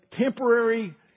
temporary